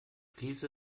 krise